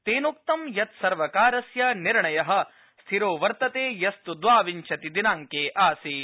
तेनोक्तं यत् सर्वकारस्य निर्णय स्थिरोवर्तते यस्तु द्वाविंशति दिनाड़के आसीत